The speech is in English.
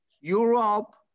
Europe